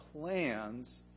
plans